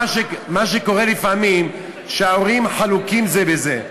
מה שקורה לפעמים, שההורים חלוקים זה על זה.